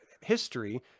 history